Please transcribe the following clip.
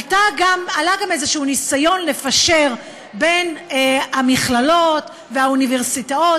עלה גם איזה ניסיון לפשר בין המכללות לאוניברסיטאות